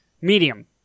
medium